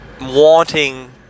wanting